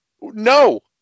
no